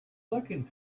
looking